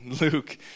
Luke